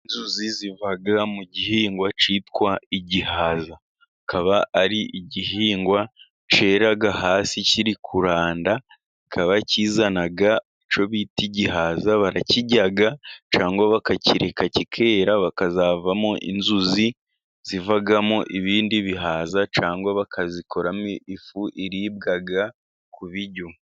Inzuzi ziva mu gihingwa kitwa igihaza. Akaba ari igihingwa cyera hasi kiri kuranda, kikaba kizana icyo bita gihaza, barakirya, cyangwa bakakireka kikera hakazavamo inzuzi zivamo ibindi bihaza, cyangwa bakazikoramo ifu iribwa ku biryo.